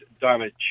damage